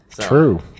true